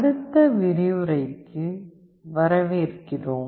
அடுத்த விரிவுரைக்கு வரவேற்கிறோம்